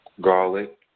Garlic